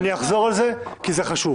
אני אחזור על זה כי זה חשוב.